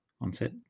onset